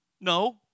No